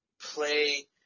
play